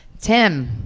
Tim